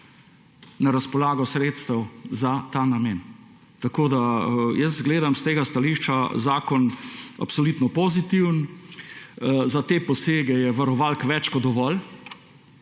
na razpolago sredstev za ta namen. Tako da jaz gledam s tega stališča zakon absolutno pozitiven. Za te posege je varovalk več kot dovolj.